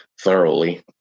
thoroughly